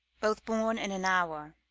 both born in an hour.